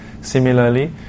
Similarly